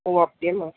ஓ அப்படியம்மா